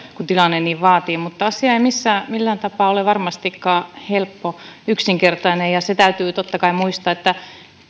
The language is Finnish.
kun tilanne niin vaatii mutta asia ei millään tapaa ole varmastikaan helppo yksinkertainen ja se täytyy totta kai muistaa että